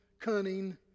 cunning